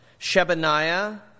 Shebaniah